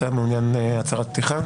אתה מעוניין לתת הצהרת פתיחה?